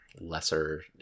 lesser